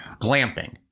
Glamping